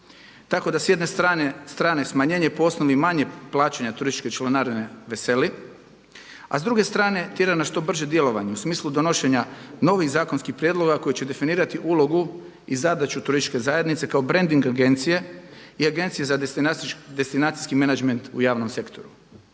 Tako da s jedne strane smanjenje po osnovi manje plaćanja turističke članarine veseli a s druge strane tjera na što brže djelovanje u smislu donošenja novih zakonskih prijedloga koji će definirati ulogu i zadaću turističke zajednice kao branding agencije i Agencije za destinacijski menadžment u javnom sektoru.